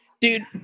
Dude